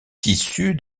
issu